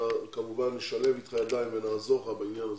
כמובן, נשלב אתך ידיים ונעזור לך בעניין הזה.